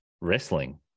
wrestling